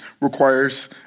requires